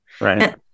Right